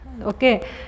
Okay